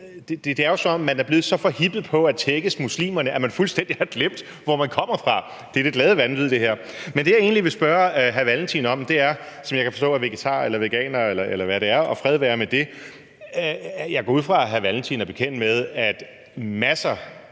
Det er jo, som om man er blevet så forhippet på at tækkes muslimerne, at man fuldstændig har glemt, hvor man kommer fra. Det her er det glade vanvid. Men jeg vil egentlig sige til hr. Carl Valentin, som jeg kan forstå er vegetar eller veganer, eller hvad det er, og fred være med det, at jeg går ud fra, at hr. Carl Valentin er bekendt med, at masser